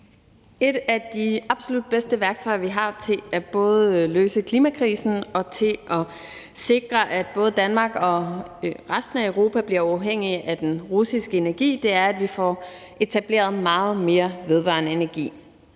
Et af de absolut bedste værktøjer, vi har til både at løse klimakrisen og til at sikre, at både Danmark og resten af Europa bliver uafhængige af den russiske energi, er, at vi får etableret meget mere vedvarende energi.